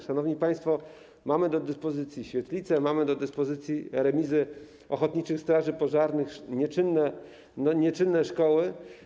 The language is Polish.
Szanowni państwo, mamy do dyspozycji świetlice, mamy do dyspozycji remizy ochotniczych straży pożarnych, nieczynne, nieczynne szkoły.